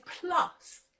plus